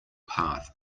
path